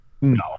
no